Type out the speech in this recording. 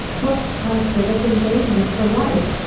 hooked on civic engagement for life.